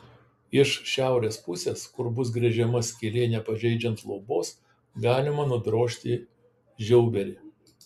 iš šiaurės pusės kur bus gręžiama skylė nepažeidžiant luobos galima nudrožti žiauberį